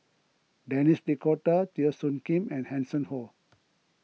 Denis D'Cotta Teo Soon Kim and Hanson Ho